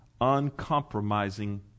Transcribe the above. uncompromising